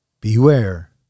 Beware